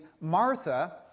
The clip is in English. Martha